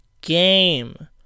game